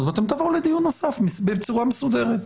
ואתם תבואו לדיון נוסף בצורה מסודרת.